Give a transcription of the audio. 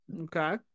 Okay